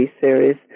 series